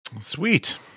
Sweet